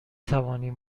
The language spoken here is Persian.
توانیم